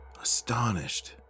Astonished